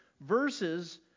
verses